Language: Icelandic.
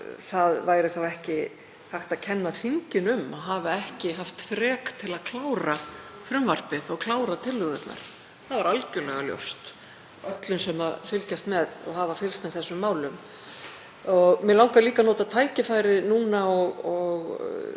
það væri þá ekki hægt að kenna þinginu um að hafa ekki haft þrek til að klára frumvarpið og klára tillögurnar. Það var algjörlega ljóst öllum þeim sem fylgjast með og hafa fylgst með þessum málum. Mig langar líka að nota tækifærið núna og